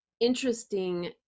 interesting